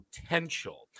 potential